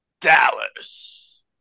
Dallas